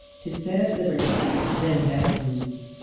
to set at liberty them that are bruised,